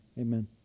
amen